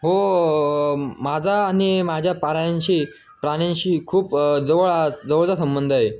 हो माझा आणि माझ्या प्राण्याशी प्राण्यांशी खूप जवळ जवळचा संबंध आहे